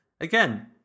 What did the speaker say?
Again